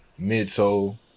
midsole